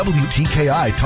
wtki